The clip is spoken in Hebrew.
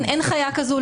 אין חיה כזו,